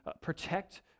protect